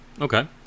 Okay